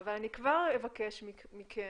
אבל אני כבר אבקש מכם,